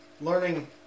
learning